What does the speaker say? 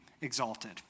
exalted